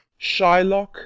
Shylock